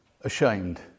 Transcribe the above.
ashamed